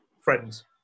friends